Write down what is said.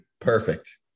Perfect